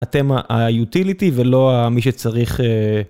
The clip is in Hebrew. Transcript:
אתם היוטיליטי ולא מי שצריך.